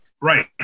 Right